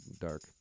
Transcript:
dark